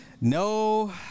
no